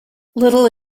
little